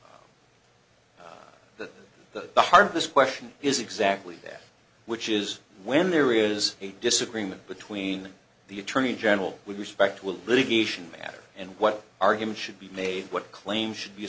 that the heart of this question is exactly that which is when there is a disagreement between the attorney general we respect will litigation matter and what arguments should be made what claims should be